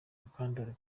mukandori